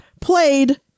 played